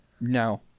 No